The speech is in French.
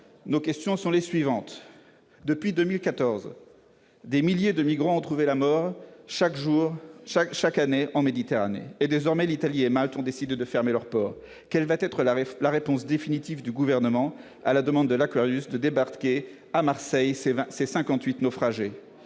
nos questions sont les suivantes. Depuis 2014, des milliers de migrants trouvent la mort chaque année en Méditerranée, et désormais l'Italie et Malte ont décidé de fermer leurs ports. Quelle va être la réponse définitive du Gouvernement à la demande de l'de débarquer à Marseille ces 58 naufragés ?